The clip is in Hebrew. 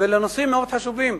ולנושאים מאוד חשובים.